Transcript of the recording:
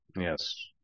Yes